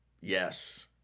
Yes